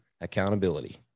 accountability